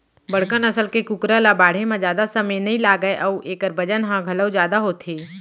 बड़का नसल के कुकरा ल बाढ़े म जादा समे नइ लागय अउ एकर बजन ह घलौ जादा होथे